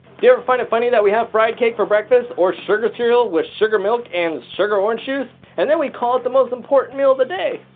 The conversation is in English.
do you ever find it funny that we have fried cake for breakfast or sugar cereal with sugar milk and sugar orange juice and then we call it the most important meal of the day.